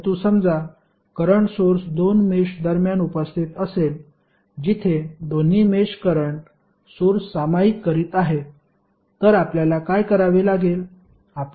परंतु समजा current source दोन मेष दरम्यान उपस्थित असेल जिथे दोन्ही मेष करंट सोर्स सामायिक करीत आहे तर आपल्याला काय करावे लागेल